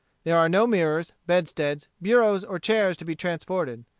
there are no mirrors, bedsteads, bureaus, or chairs to be transported.